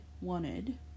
wanted